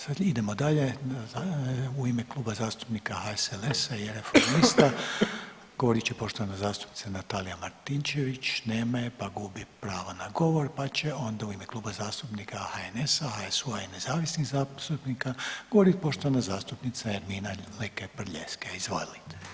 Sad idemo dalje, u ime Kluba zastupnika HSLS-a i Reformista govorit će poštovana zastupnica Natalija Martinčević, nema je, pa gubi pravo na govor, pa će onda u ime Kluba zastupnika HNS-a, HSU-a i nezavisnih zastupnika govorit poštovana zastupnica Ermina Lekaj Prljeskaj, izvolite.